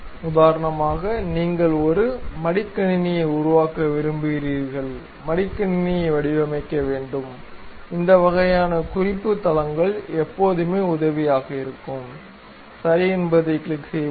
உதாரணமாக நீங்கள் ஒரு மடிக்கணினியை உருவாக்க விரும்புகிறீர்கள் மடிக்கணினியை வடிவமைக்க வேண்டும் இந்த வகையான குறிப்பு தளங்கள் எப்போதும் உதவியாக இருக்கும் சரி என்பதைக் கிளிக் செய்வோம்